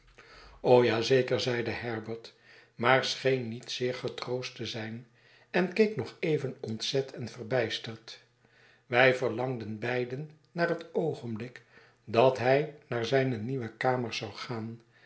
ja zeker zeide herbert maar scheen niet zeer getroost te zijn en keek nog even ontzet en verbijsterd wij verlangden beiden naar het oogenblik dat hij naar zijne nieuwe kamers zou gaan